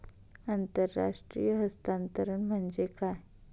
आंतरराष्ट्रीय हस्तांतरण म्हणजे काय?